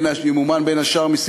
בין השאר,